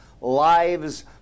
Lives